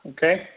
Okay